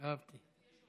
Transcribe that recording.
אהבתי.